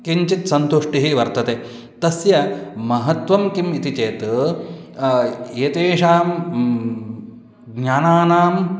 किञ्चित् सन्तुष्टिः वर्तते तस्य महत्त्वं किम् इति चेत् एतेषां ज्ञानानाम्